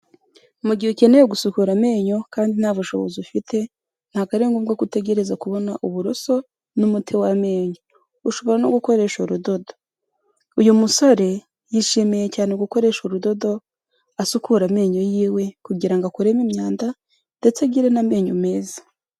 Mu gihe ukeneye gusukura amenyo, kandi nta bushobozi ufite, ntabwo ari ngombwa kotegereza kubona uburoso, n'umuti w'amenyo. Ushobora no gukoresha urudodo. Uyu musore, yishimiye cyane gukoresha urudodo asukura amenyo yiwe, kugirango ngo akuremo imyanda, ndetse agire n'amenyo meza.